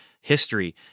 history